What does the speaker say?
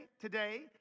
today